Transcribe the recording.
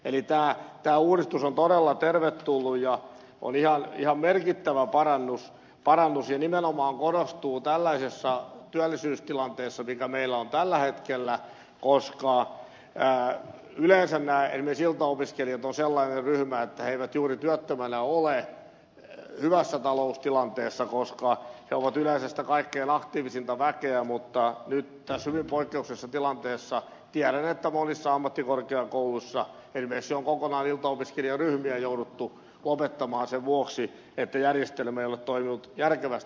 eli tämä uudistus on todella tervetullut ja on ihan merkittävä parannus ja nimenomaan korostuu tällaisessa työllisyystilanteessa mikä meillä on tällä hetkellä koska yleensä esimerkiksi iltaopiskelijat ovat sellainen ryhmä että he eivät juuri työttömänä ole hyvässä taloustilanteessa koska he ovat yleensä sitä kaikkein aktiivisinta väkeä mutta nyt tässä hyvin poikkeuksellisessa tilanteessa tiedän että monissa ammattikorkeakouluissa esimerkiksi on kokonaan iltaopiskelijaryhmiä jouduttu lopettamaan sen vuoksi että järjestelmä ei ole toiminut järkevästi